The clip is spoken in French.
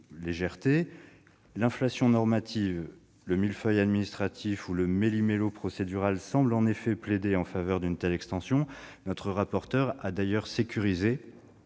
L'inflation normative, le millefeuille administratif et le méli-mélo procédural semblent, en effet, plaider en faveur d'une telle extension. Notre rapporteur a d'ailleurs sécurisé